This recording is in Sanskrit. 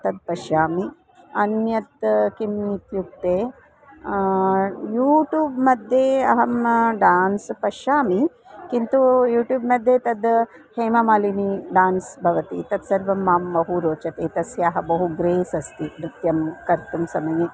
तत् पश्यामि अन्यत् किम् इत्युक्ते यूटूब्मध्ये अहं डान्स् पश्यामि किन्तु यूट्यूब्मध्ये तद् हेममालिनी डान्स् भवति तत्सर्वं मां बहु रोचते तस्याः बहु ग्रेस् अस्ति नृत्यं कर्तुं समये